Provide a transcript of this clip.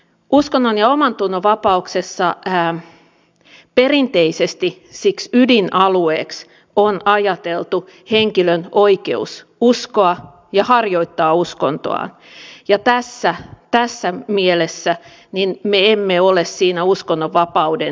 uskonnon ja omantunnonvapaudessa perinteisesti ydinalueeksi on ajateltu henkilön oikeus uskoa ja harjoittaa uskontoaan ja tässä mielessä me emme ole siinä uskonnonvapauden ydinalueella